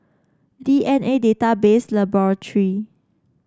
D N A Database Laboratory